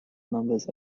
numbers